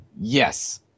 yes